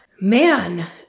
man